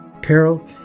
Carol